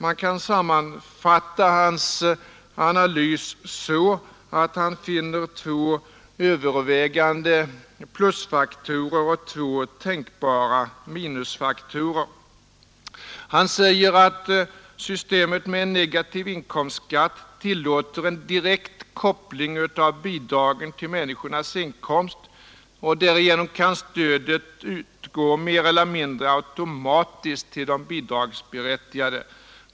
Man kan sammanfatta hans analys så att han finner två övervägande plusfaktorer och två tänkbara minusfaktorer. Han säger att systemet med negativ inkomstskatt tillåter en direkt koppling av bidragen till människornas inkomst och att stödet därigenom kan utgå mer eller mindre automatiskt till de bidragsberättigade.